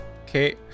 Okay